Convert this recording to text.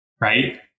right